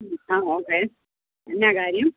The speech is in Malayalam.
ആ ഓക്കേ എന്താണ് കാര്യം